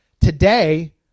Today